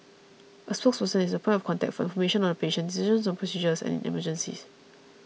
a spokesperson is the point of contact for information on the patient decisions on procedures and in emergencies